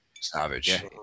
Savage